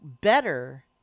better